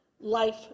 life